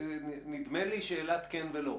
נדמה לי שזאת שאלת כן ולא.